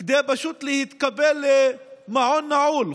פשוט כדי להתקבל למעון נעול.